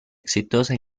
exitosa